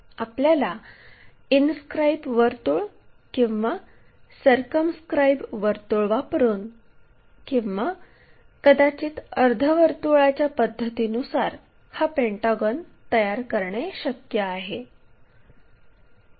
आपल्याला इनस्क्रायब वर्तुळ किंवा सर्कमस्क्रायब वर्तुळ वापरून किंवा कदाचित अर्धवर्तुळाच्या पद्धतीनुसार हा पेंटागॉन तयार करणे शक्य आहे